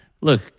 look